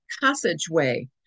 passageway